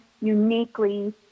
uniquely